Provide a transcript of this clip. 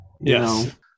Yes